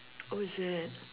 oh is it